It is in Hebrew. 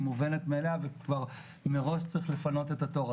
מובנת מאליה וכבר מראש צריך לפנות את התור.